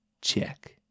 Check